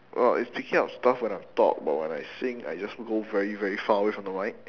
oh it's picking up stuff when I talk but when I sing I just move very very far away from the mic